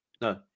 no